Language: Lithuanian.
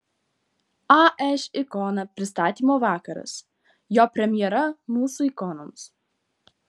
aš ikona pristatymo vakaras jo premjera mūsų ikonoms